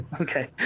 Okay